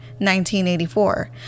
1984